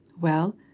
Well